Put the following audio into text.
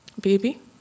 baby